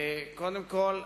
קודם כול,